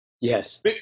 Yes